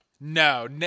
No